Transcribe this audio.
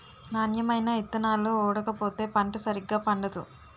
నాణ్యమైన ఇత్తనాలు ఓడకపోతే పంట సరిగా పండదు